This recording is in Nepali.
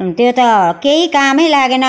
त्यो त केही काम लागेन